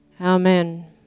Amen